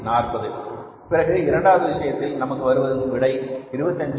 40 பிறகு இரண்டாவது விஷயத்தில் நமக்கு வரும் விடை 25